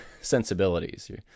sensibilities